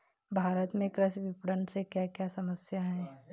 भारत में कृषि विपणन से क्या क्या समस्या हैं?